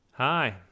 hi